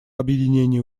объединения